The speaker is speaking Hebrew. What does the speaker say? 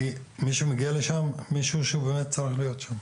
מגיע לשם מי שבאמת צריך להיות שם.